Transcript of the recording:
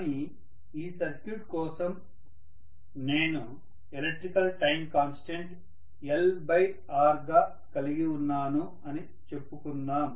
కానీ ఈ సర్క్యూట్ కోసం నేను ఎలక్ట్రికల్ టైమ్ కాన్స్టెంట్ LR గా కలిగి ఉన్నాను అని చెప్పుకుందాం